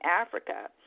Africa